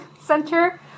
Center